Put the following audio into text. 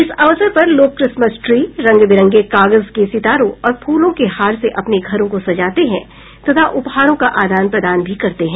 इस अवसर पर लोग क्रिसमस ट्री रंग बिरंगे कागज के सितारों और फूलों के हार से अपने घरों को सजाते हैं तथा उपहारों का आदान प्रदान भी करते हैं